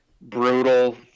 brutal